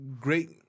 great